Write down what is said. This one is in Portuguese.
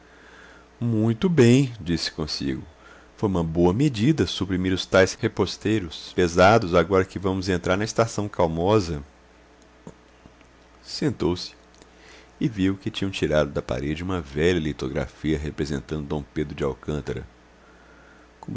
muito bem disse consigo foi uma boa medida suprimir os tais reposteiros pesados agora que vamos entrar na estação calmosa sentou-se e viu que tinham tirado da parede uma velha litografia representando d pedro de alcântara